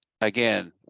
again